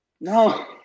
No